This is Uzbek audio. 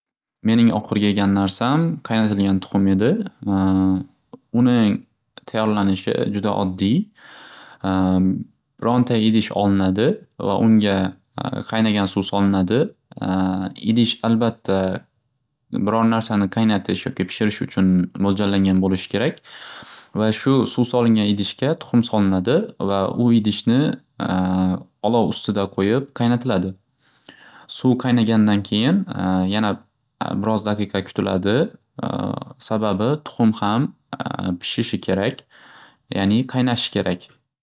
Mening oxirgi yegan narsam qayntilgan tuxum edi uni tayyorlanishi juda oddiy bironta idish olinadi va unga qaynagan suv solinadi. Idish albatta biron narsani qaynatish yoki pishirish uchun mo'ljallangan bo'lishi kerak va shu suv solingan idishga tuxum solinadi va u idishni olov ustida qo'yib qaynatiladi. Suv qaynagandan keyin yana biroz daqiqa kutiladi sababi tuxum ham pishishi kerak yani qaynashi kerak.